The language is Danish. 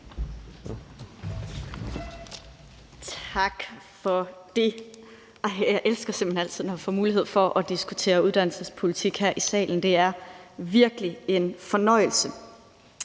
Tak for det. Jeg elsker det simpelt hen altid, når jeg får mulighed for at diskutere uddannelsespolitik her i salen. Det er virkelig en fornøjelse.